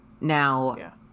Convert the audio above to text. Now